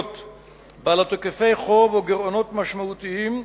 בעלות היקפי חוב או גירעונות משמעותיים,